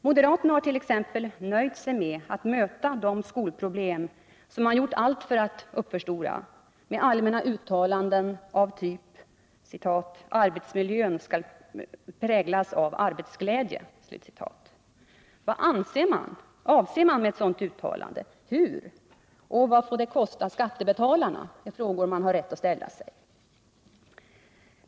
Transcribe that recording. Moderaterna har t.ex. nöjt sig med att möta de skolproblem — som man gjort allt för att uppförstora — med allmänna uttalanden av typ ”arbetsmiljön skall präglas av arbetsglädje”. Vad avses med ett sådant uttalande? Hur? Vad får det kosta skattebetalarna? Det är frågor som man har rätt att ställa sig.